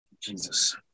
Jesus